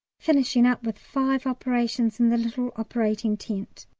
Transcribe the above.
finishing up with five operations in the little operating tent.